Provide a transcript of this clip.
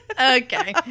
okay